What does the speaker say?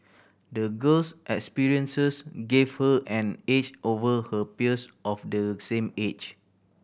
the girl's experiences gave her an edge over her peers of the same age